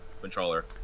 controller